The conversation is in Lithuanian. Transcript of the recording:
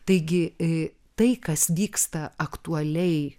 taigi ė tai kas vyksta aktualiai